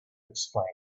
explain